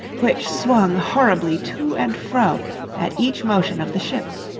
which swung horribly to and fro at each motion of the ship.